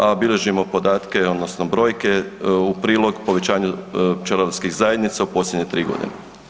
A bilježimo podatke odnosno brojke u prilog povećanju pčelarskih zajednica u posljednje tri godine.